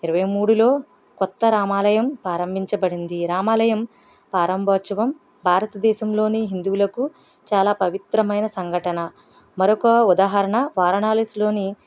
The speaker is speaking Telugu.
ఇరవై మూడులో కొత్త రామాలయం ప్రారంభించబడింది రామాలయం ప్రారంభోత్సవం భారతదేశంలోని హిందువులకు చాలా పవిత్రమైన సంఘటన మరొక ఉదాహరణ వారణాసిలోని